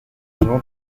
long